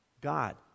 God